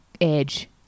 edge